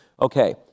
okay